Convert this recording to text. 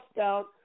out